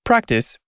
Practice